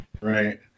Right